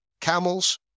camels